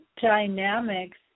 dynamics